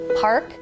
park